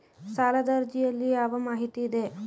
ಸಾಲದ ಅರ್ಜಿಯಲ್ಲಿ ಯಾವ ಮಾಹಿತಿ ಇದೆ?